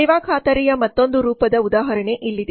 ಸೇವಾ ಖಾತರಿಯ ಮತ್ತೊಂದು ರೂಪದ ಉದಾಹರಣೆ ಇಲ್ಲಿದೆ